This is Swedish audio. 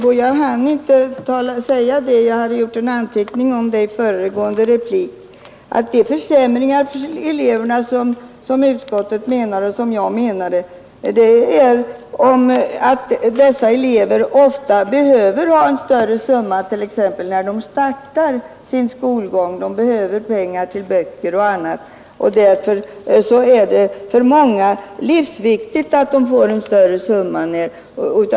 Fru talman! Jag hade gjort en anteckning om det, herr Mundebo, men hann aldrig nämna det i min förra replik. Som utskottet och jag har uppfattat det blir det en försämring för de studerande därigenom att de t.ex. när de startar sina studier behöver ha en större penningsumma för att köpa böcker och annat, och därför är det för många mycket viktigt att de får en större summa på en gång.